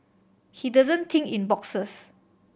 he doesn't think in boxes